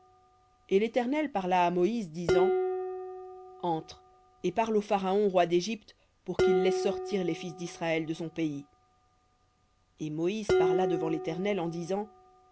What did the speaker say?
et l'éternel parla à moïse disant entre et parle au pharaon roi d'égypte pour qu'il laisse sortir les fils d'israël de son pays et moïse parla devant l'éternel en disant